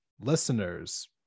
listeners